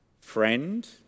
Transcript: friend